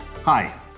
Hi